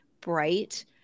bright